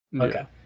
Okay